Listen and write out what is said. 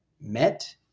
met